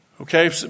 okay